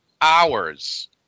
hours